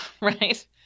right